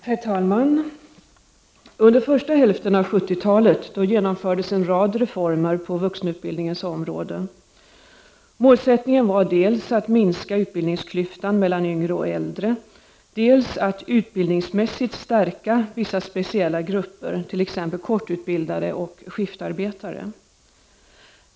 Herr talman! Under första hälften av 70-talet genomfördes en rad reformer på vuxenutbildningens område. Målsättningen var dels att minska utbildningsklyftan mellan yngre och äldre, dels att utbildningsmässigt stärka vissa speciella grupper, t.ex. kortutbildade och skiftarbetare.